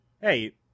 Hey